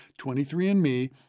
23andMe